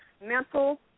mental